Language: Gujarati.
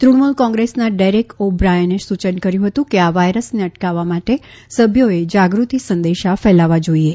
તૃણમુલ કોંગ્રેસના ડેરેક ઓ બ્રાયને સુયન કર્યુ હતું કે આ વાયરસને અટકાવવા માટે સભ્યોએ જાગૃતિ સંદેશા ફેલાવવા જોઇએ